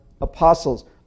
apostles